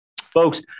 Folks